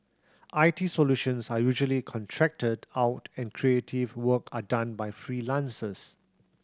I T solutions are usually contracted out and creative work are done by freelancers